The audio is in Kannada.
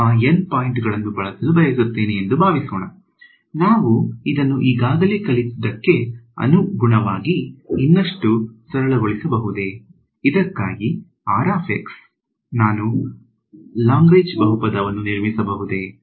ನಾನು ಆ N ಪಾಯಿಂಟ್ಗಳನ್ನು ಬಳಸಲು ಬಯಸುತ್ತೇನೆ ಎಂದು ಭಾವಿಸೋಣ ನಾವು ಇದನ್ನು ಈಗಾಗಲೇ ಕಲಿತದ್ದಕ್ಕೆ ಅನುಗುಣವಾಗಿ ಇನ್ನಷ್ಟು ಸರಳಗೊಳಿಸಬಹುದೇ ಇದಕ್ಕಾಗಿ ನಾನು ಲಾಗ್ರೇಂಜ್ ಬಹುಪದವನ್ನು ನಿರ್ಮಿಸಬಹುದೇ